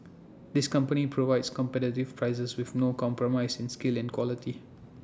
this company provides competitive prices with no compromise in skill and quality